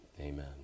Amen